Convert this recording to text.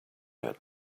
had